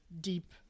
deep